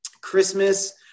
Christmas